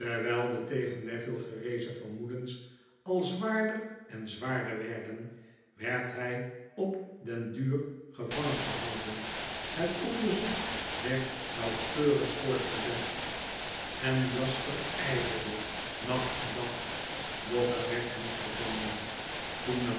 de tegen neville gerezen vermoedens ai zwaarder en zwaarder werden werd hij op den duur gevangen gehouden het onderzoek werd nauwkeurig voortgezet en jasper yverde nacht en dag doch er werd niets gevonden toen er